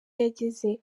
yageze